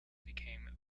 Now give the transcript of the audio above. became